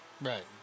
Right